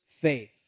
faith